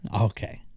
Okay